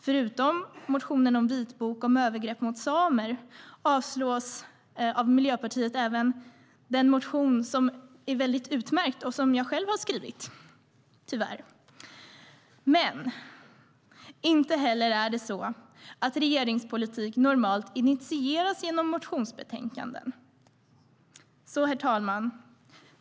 Förutom motionen om vitbok om övergrepp mot samer avstyrker Miljöpartiet även den motion som är väldigt utmärkt och som jag själv har skrivit. Men regeringspolitik initieras ju inte normalt genom motionsbetänkanden. Herr talman!